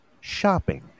shopping